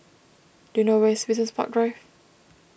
do you know where is Business Park Drive